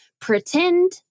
pretend